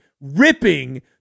ripping